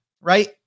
right